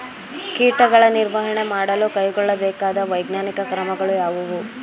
ಕೀಟಗಳ ನಿರ್ವಹಣೆ ಮಾಡಲು ಕೈಗೊಳ್ಳಬೇಕಾದ ವೈಜ್ಞಾನಿಕ ಕ್ರಮಗಳು ಯಾವುವು?